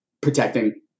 protecting